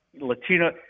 Latino